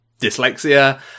dyslexia